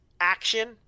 action